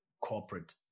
corporate